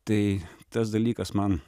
tai tas dalykas man